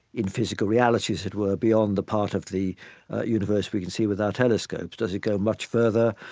in physical reality as it were, beyond the part of the universe we can see with our telescopes. does it go much further?